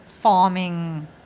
farming